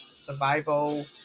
survival